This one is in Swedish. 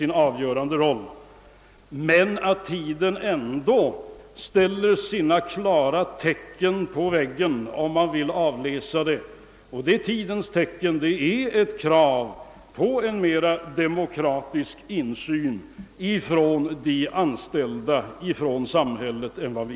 Men det är ett tidens tecken, som vi också kan avläsa, att det ställs krav på en mer demokratisk insyn från de anställda och från samhället.